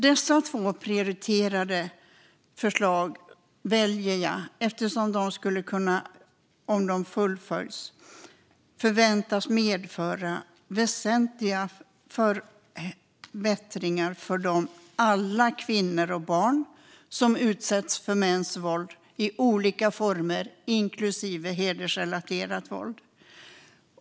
Dessa två förslag är prioriterade eftersom de, om de fullföljs, skulle kunna förväntas medföra väsentliga förbättringar för alla de kvinnor och barn som utsätts för mäns våld i olika former, inklusive hedersrelaterat våld.